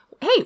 Hey